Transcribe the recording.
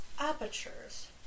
apertures